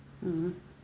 mmhmm